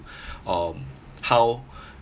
um how